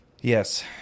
Yes